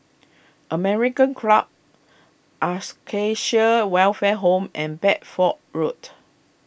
American Club Ascacia Welfare Home and Bedford Road